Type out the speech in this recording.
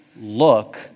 look